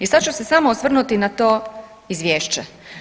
I sad ću se samo osvrnuti na to izvješće.